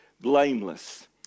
blameless